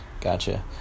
Gotcha